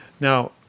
Now